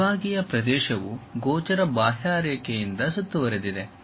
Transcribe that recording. ವಿಭಾಗೀಯ ಪ್ರದೇಶವು ಗೋಚರ ಬಾಹ್ಯರೇಖೆಯಿಂದ ಸುತ್ತುವರೆದಿದೆ